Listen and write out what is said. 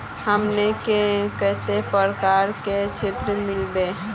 हमनी के कते प्रकार के ऋण मीलोब?